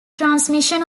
transmission